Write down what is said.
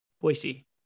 Boise